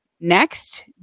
next